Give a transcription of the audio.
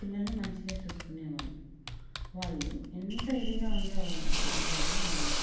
పిల్లల్ని మంచిగా చూసుకునేవాళ్ళు వాళ్ళు ఎంత ఇదిగా ఉండేవాళ్ళంటే అంత ఇదిగా ఉండేవాళ్ళు